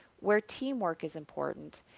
where teamwork is important,